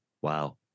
Wow